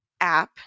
app